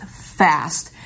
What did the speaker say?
fast